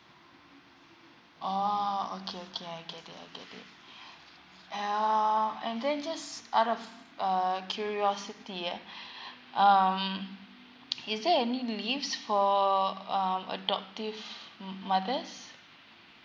oh okay okay I get it I get it now and then just out of uh curiosity yeah um is there any leaves for um adoptive mothers